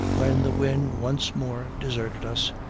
when the wind once more deserted us,